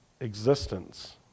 existence